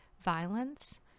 violence